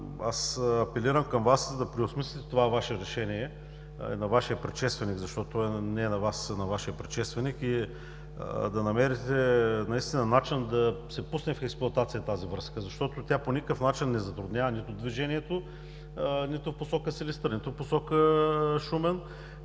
Апелирам към Вас да преосмислите това решение на Вашия предшественик, защото то не е Ваше, и да намерите начин да се пусне в експлоатация тази връзка, защото тя по никакъв начин не затруднява движението нито в посока Силистра, нито в посока Шумен